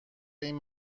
این